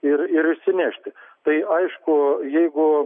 ir ir išsinešti tai aišku jeigu